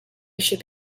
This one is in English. should